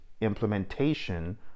implementation